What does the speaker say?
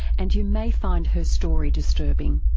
and you may find her story disturbing.